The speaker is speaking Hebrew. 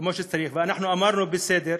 כמו שצריך, אנחנו אמרנו: בסדר,